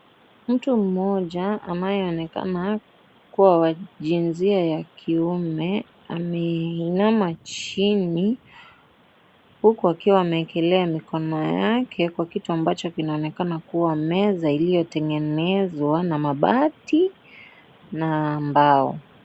Mtu mmoja anayeonekana kuwa wa jinsia ya kiume ameinama chini huku akiwa amewekelea mikono yake kwa kitu ambacho kinaonekana kuwa meza iliyotengenezwa na mabati na mbao.